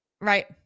right